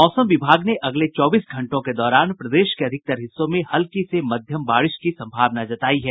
मौसम विभाग ने अगले चौबीस घंटों के दौरान प्रदेश के अधिकतर हिस्सों में हल्की से मध्यम बारिश की संभावना जतायी है